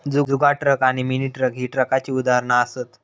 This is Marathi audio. जुगाड ट्रक आणि मिनी ट्रक ही ट्रकाची उदाहरणा असत